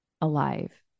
alive